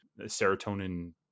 serotonin